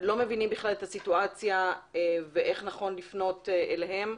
לא מבינים את המצב ואיך נכון לפנות אליהם.